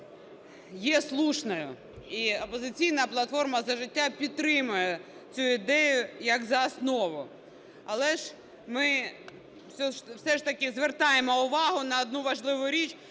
є слушною, і "Опозиційна платформа – За життя" підтримує цю ідею як за основу. Але ж ми все ж таки звертаємо увагу на одну важливу річ,